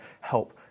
help